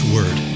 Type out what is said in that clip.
Word